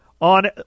on